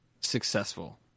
successful